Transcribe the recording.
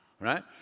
right